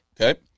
Okay